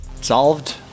solved